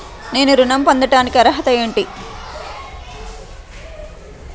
నేను ఋణం పొందటానికి అర్హత ఏమిటి?